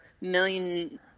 million –